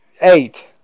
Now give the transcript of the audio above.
Eight